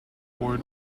four